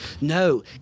No